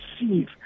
receive